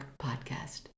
podcast